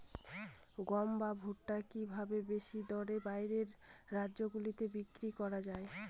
গম বা ভুট্ট কি ভাবে বেশি দরে বাইরের রাজ্যগুলিতে বিক্রয় করা য়ায়?